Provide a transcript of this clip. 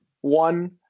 One